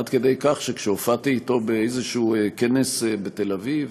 עד כדי כך שכשהופעתי אתו באיזשהו כנס בתל אביב